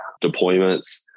deployments